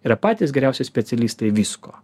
yra patys geriausi specialistai visko